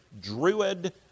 druid